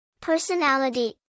Personality